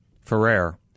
Ferrer